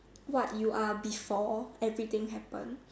what you are before everything happen